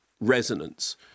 resonance